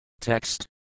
Text